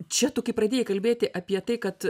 čia tu kai pradėjai kalbėti apie tai kad